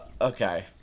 Okay